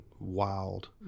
Wild